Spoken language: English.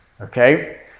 Okay